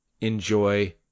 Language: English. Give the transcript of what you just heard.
enjoy